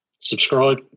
Subscribe